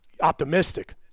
optimistic